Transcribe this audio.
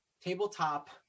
tabletop